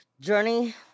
Journey